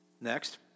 Next